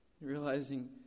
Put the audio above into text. realizing